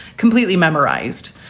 completely memorized,